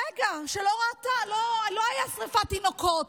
שהיא לא ראתה, לא הייתה שרפת תינוקות.